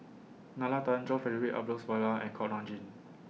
Nalla Tan John Frederick Adolphus Mcnair and Kuak Nam Jin